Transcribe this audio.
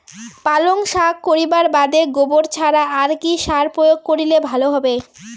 পালং শাক করিবার বাদে গোবর ছাড়া আর কি সার প্রয়োগ করিলে ভালো হবে?